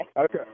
Okay